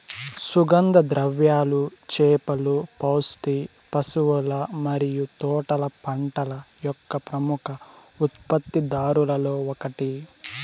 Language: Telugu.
సుగంధ ద్రవ్యాలు, చేపలు, పౌల్ట్రీ, పశువుల మరియు తోటల పంటల యొక్క ప్రముఖ ఉత్పత్తిదారులలో ఒకటి